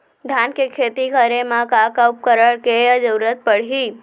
धान के खेती करे मा का का उपकरण के जरूरत पड़हि?